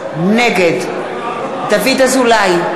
נגד דוד אזולאי,